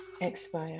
expire